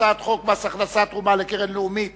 הצעת חוק מס הכנסה (תרומה לקרן לאומית